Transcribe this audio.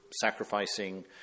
sacrificing